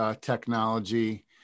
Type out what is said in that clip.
technology